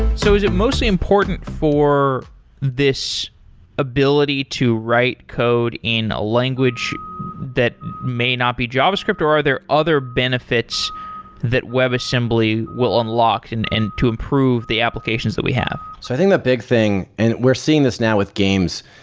so is it mostly important for this ability to write code in a language that may not be javascript, or are there other benefits that webassembly will unlock and and to improve the applications that we have? i think the big thing, and we're seeing this now with games,